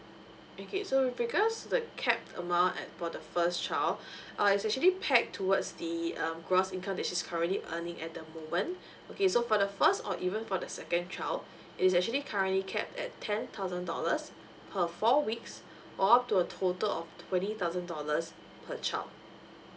okay so with regards to the cap amount at for the first child uh it's actually pack towards the um gross income that she's currently earning at the moment okay so for the first or even for the second child it is actually currently cap at ten thousand dollars per four weeks or to a total of twenty thousand dollars per child